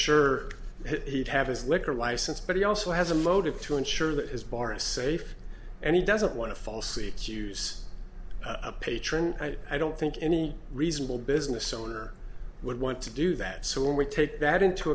sure he'd have his liquor license but he also has a motive to ensure that his bar is safe and he doesn't want to falsely accuse a patron i don't think any reasonable business owner would want to do that so when we take that into